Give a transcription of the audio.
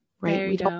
right